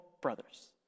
brothers